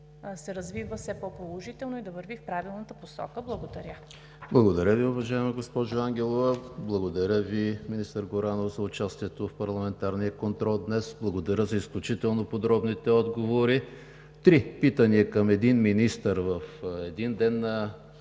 се развива все по-положително и да върви в правилната посока. Благодаря. ПРЕДСЕДАТЕЛ ЕМИЛ ХРИСТОВ: Благодаря Ви, уважаема госпожо Ангелова. Благодаря Ви, министър Горанов, за участието в парламентарния контрол и за изключително подробните отговори. Три питания към един министър в деня за